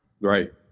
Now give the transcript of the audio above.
Right